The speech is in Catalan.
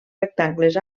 rectangles